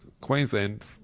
Queensland